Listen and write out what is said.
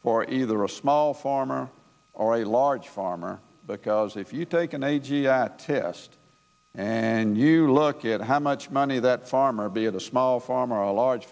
for either a small farmer or a large farmer because if you take an a g m at test and you look at how much money that farmer b at a small farm or a large